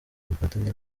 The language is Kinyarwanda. bufatanye